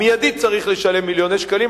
הוא מייד צריך לשלם מיליוני שקלים.